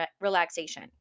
relaxation